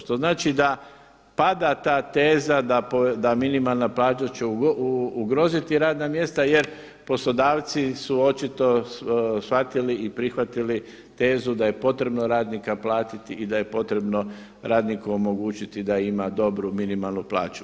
Što znači da pada ta teza da minimalna plaća će ugroziti radna mjesta jer poslodavci su očito shvatili i prihvatili tezu da je potrebno radnika platiti i da je potrebno radniku omogućiti da ima dobru minimalnu plaću.